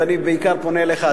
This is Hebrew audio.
ואני בעיקר פונה אליך,